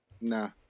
nah